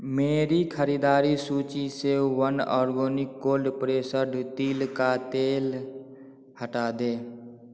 मेरी ख़रीदारी सूची से वन आर्गोंनिक कोल्ड प्रेसड तिल का तेल हटा दें